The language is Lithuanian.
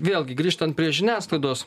vėlgi grįžtant prie žiniasklaidos